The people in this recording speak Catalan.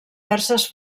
perses